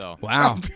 Wow